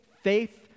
faith